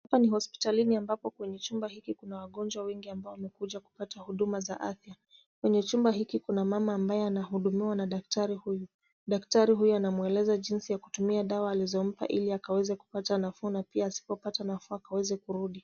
Hapa ni hospitalini ambapo kwenye chumba hiki kuna wagonjwa wengi ambao wamekuja kupata huduma za afya. Kwenye chumba hiki kuna mama ambaye anayehudumiwa na daktari huyu. Daktari huyu anamweleza jinsi ya kutumia dawa alizompa ili akaweze kupata nafuu na pia asipopata nafuu akaweze kurudi.